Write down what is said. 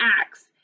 Acts